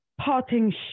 parting